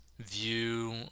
view